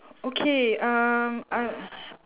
okay um uh